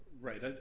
Right